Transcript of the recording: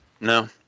No